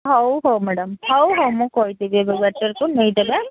ହଉ ହଉ ମ୍ୟାଡ଼ାମ୍ ହଉ ହଉ ମୁଁ କହିଦେବି ଏବେ ୱେଟର୍କୁ ନେଇ ଦେବେ